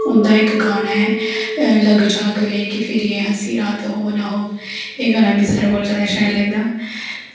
उंदा इक गानां ऐ लगजा गले कि फिर जे हंसीरात हो ना हो एह् गाना मिगी सारें कोला शैल लगदा